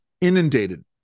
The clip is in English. inundated